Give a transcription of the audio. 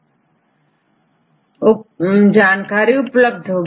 किसी विशेष प्रोटीन के कार्यों के बारे में यहां से जानकारी मिल सकती है